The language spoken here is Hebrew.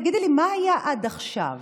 תגידי לי, מה היה עד עכשיו,